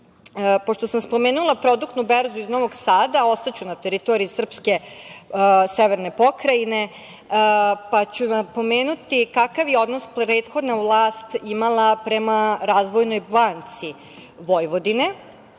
sam spomenula Produktnu berzu iz Novog Sada, ostaću na teritoriji srpske severne pokrajine, pa ću napomenuti kakav je odnos prethodna vlast imala prema Razvojnoj banci Vojvodine,